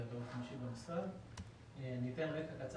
אני אתן רקע קצר